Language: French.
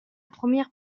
première